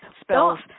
spells